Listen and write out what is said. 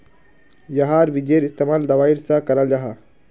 याहार बिजेर इस्तेमाल दवाईर सा कराल जाहा